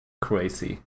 crazy